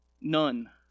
None